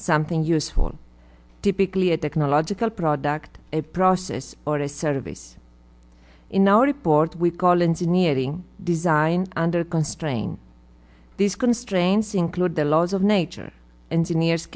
something useful typically a technological product a process or a service in the report we call engineering design under constraint these constraints include the laws of nature engineers